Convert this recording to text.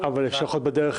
חוק ומשפט בדבר טענת נושא